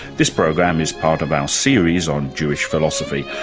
this program is part of our series on jewish philosophy.